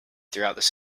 throughout